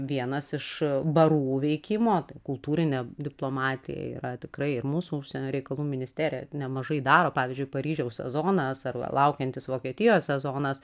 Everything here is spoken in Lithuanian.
vienas iš barų veikimo tai kultūrinė diplomatija yra tikrai ir mūsų užsienio reikalų ministerija nemažai daro pavyzdžiui paryžiaus sezonas arba laukiantis vokietijos sezonas